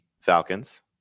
Falcons